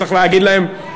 צריך להגיד להם,